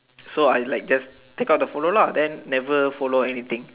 so I like just take out the follow lah then never follow anything